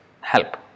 help